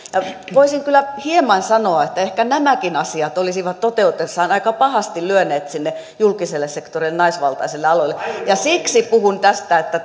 voisin kyllä hieman sanoa että ehkä nämäkin asiat olisivat toteutuessaan aika pahasti lyöneet sinne julkiselle sektorille naisvaltaisille aloille ja siksi puhun tästä että